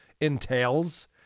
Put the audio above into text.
entails